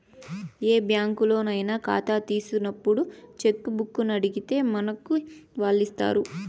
ఏ బ్యాంకులోనయినా కాతా తీసినప్పుడు చెక్కుబుక్కునడిగితే మనకి వాల్లిస్తారు